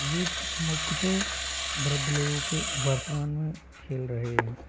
ये मुख्यतः वृद्ध लोगों के वर्तमान में खेल रहे हैं